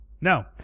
No